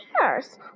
pears